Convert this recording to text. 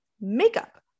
makeup